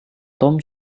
tom